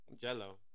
Jello